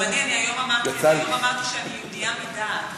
גם אני, אני אמרתי היום שאני יהודייה מדעת.